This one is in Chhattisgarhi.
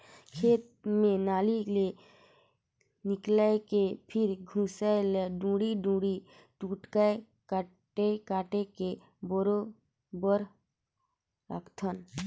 खेत म नाली ले निकायल के फिर खुसियार ल दूढ़ी दूढ़ी टुकड़ा कायट कायट के बोए बर राखथन